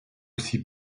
aussi